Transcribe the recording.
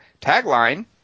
tagline